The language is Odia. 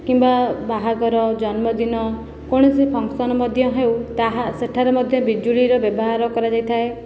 କିମ୍ବା ବାହାଘର ଜନ୍ମଦିନ କୌଣସି ଫଙ୍କସନ ମଧ୍ୟ ହେଉ ତାହା ସେଠାରେ ମଧ୍ୟ ବିଜୁଳିର ବ୍ୟବହାର କରାଯାଇଥାଏ